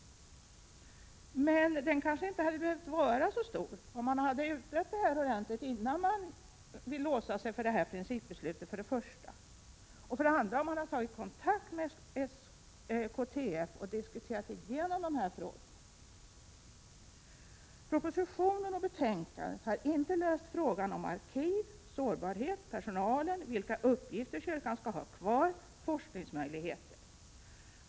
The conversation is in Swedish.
Den hade kanske inte behövt vara så stor, om man hade utrett frågan ordentligt innan man låser sig för det här principbeslutet, och om man hade tagit kontakt med SKTF och diskuterat igenom dessa frågor. Betänkandet och propositionen har inte löst frågorna om arkiv, sårbarhet, personal, vilka uppgifter kyrkan skall ha kvar och forskningsmöjligheter.